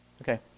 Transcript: Okay